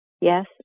Yes